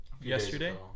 yesterday